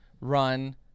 run